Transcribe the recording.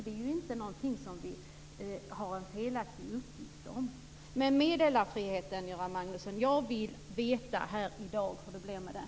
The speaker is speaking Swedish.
Det är alltså inget som vi har en felaktig uppgift om. Men meddelarfriheten, Göran Magnusson: Jag vill veta här i dag hur det blir med den.